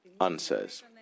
answers